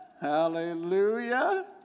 Hallelujah